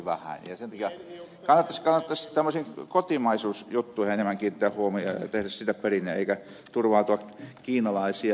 sen takia kannattaisi tämmöisiin kotimaisuusjuttuihin enemmän kiinnittää huomiota ja tehdä niistä perinne eikä turvautua kiinalaisiin